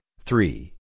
three